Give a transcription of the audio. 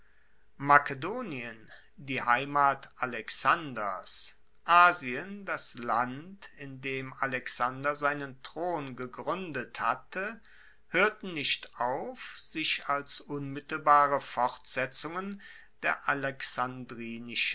makedonien die heimat alexanders asien das land in dem alexander seinen thron gegruendet hatte hoerten nicht auf sich als unmittelbare fortsetzungen der